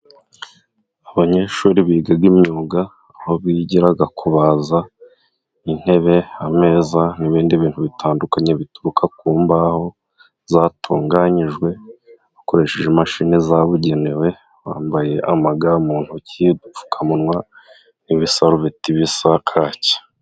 Abanyeshuri biga imyuga, aho bigira kubaza intebe, ameza, n'ibindi bintu bitandukanye bituruka ku mbaho zatunganyijwe, bakoresheje imashini zabugenewe, bambaye amaga mu ntoki, udupfukamunwa, n'ibisarubeti, bisa kaki.